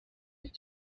and